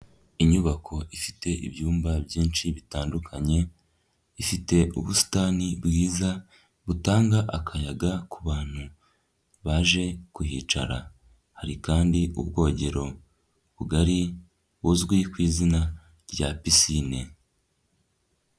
Inyubako ifite ibyumba byinshi bitandukanye, ifite ubusitani bwiza butanga akayaga kubantu baje kuhicara. Hari kandi ubwogero bugari buzwi ku izina rya pisine.